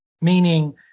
meaning